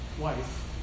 wife